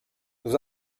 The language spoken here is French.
nos